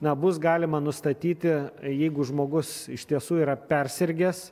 na bus galima nustatyti jeigu žmogus iš tiesų yra persirgęs